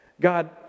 God